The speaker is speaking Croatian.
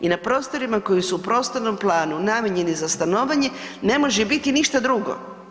I na prostorima koji su u prostornom planu namijenjeni za stanovanje, ne može biti ništa drugo.